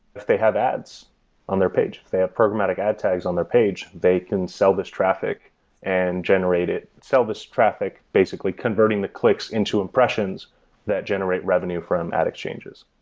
if they have ads on their page. if they have programmatic ad tags on their page, they can sell this traffic and generate it sell this traffic. basically, converting the clicks into impressions that generate revenue from ad exchanges.